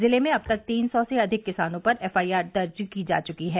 जिले में अब तक तीन सौ से अधिक किसानों पर एफ आई आर दर्ज की जा चुकी है